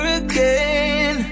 again